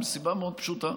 מסיבה מאוד פשוטה: